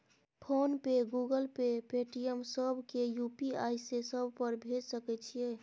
Phone पे, Google Pay, Paytm, सब के UPI से सब पर भेज सके छीयै?